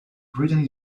britain